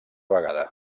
vegada